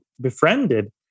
befriended